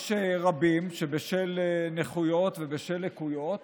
יש רבים שבשל נכויות ולקויות